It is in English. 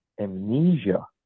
amnesia